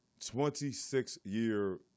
26-year